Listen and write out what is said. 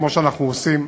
כמו שאנחנו עושים,